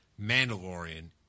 Mandalorian